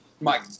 Mike